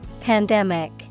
Pandemic